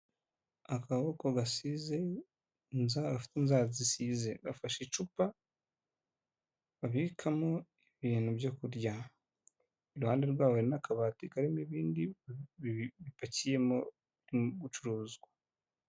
Akaboko gasize inzara, afite inzara zisize bafashe icupa babikamo ibintu byo kurya iruhande rwabo n'akabati karimo ibindi bipakiyemo byo gucuruzwa.